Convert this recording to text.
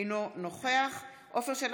אינו נוכח עפר שלח,